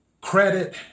credit